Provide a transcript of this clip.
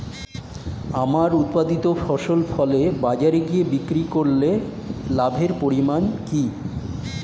আমার উৎপাদিত ফসল ফলে বাজারে গিয়ে বিক্রি করলে কি লাভের পরিমাণ?